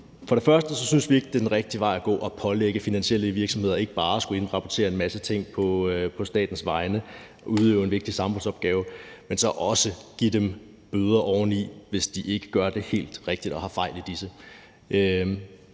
For det første synes vi ikke, det er den rigtige vej at gå at pålægge finansielle virksomheder ikke bare at skulle indrapportere en masse ting på statens vegne og udøve en vigtig samfundsopgave, men så også at give dem bøder oveni, hvis de ikke gør det helt rigtigt og har fejl i disse.